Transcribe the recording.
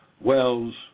Wells